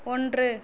ஒன்று